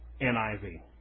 NIV